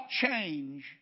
change